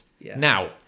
Now